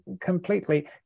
Completely